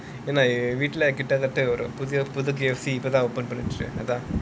இல்ல வீட்ல கிட்ட வந்துட்டு ஒரு புது:illa veetla kitta vanthuttu oru puthu K_F_C open பண்ணுச்சு:pannuchu